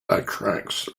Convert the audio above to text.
attracts